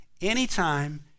anytime